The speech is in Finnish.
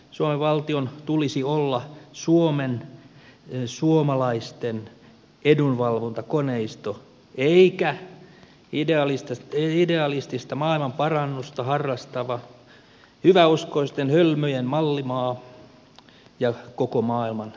suomen valtion tulisi olla suomalaisten edunvalvontakoneisto eikä idealistista maailmanparannusta harrastava hyväuskoisten hölmöjen mallimaa ja koko maailman